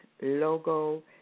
logo